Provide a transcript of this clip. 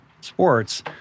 sports